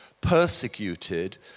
persecuted